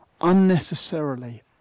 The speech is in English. unnecessarily